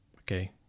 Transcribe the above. Okay